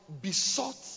besought